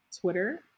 Twitter